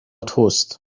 توست